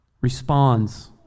responds